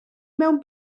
mewn